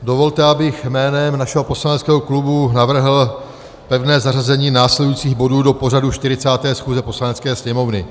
Dovolte, abych jménem našeho poslaneckého klubu navrhl pevné zařazení následujících bodů do pořadu 40. schůze Poslanecké sněmovny.